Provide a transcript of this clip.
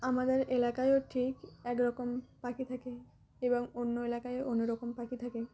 আমাদের এলাকায়ও ঠিক এক রকম পাখি থাকে এবং অন্য এলাকায় অন্য রকম পাখি থাকে